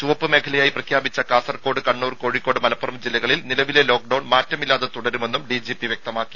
ചുവപ്പ് മേഖലയായി പ്രഖ്യാപിച്ച കാസർകോട് കണ്ണൂർ കോഴിക്കോട് മലപ്പുറം ജില്ലകളിൽ നിലവിലെ ലോക്ക്ഡൌൺ മാറ്റമില്ലാതെ തുടരുമെന്നും ഡിജിപി അറിയിച്ചു